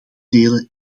delen